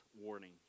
warning